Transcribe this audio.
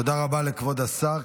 תודה רבה לכבוד השר.